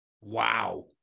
Wow